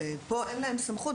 פה אין להם סמכות,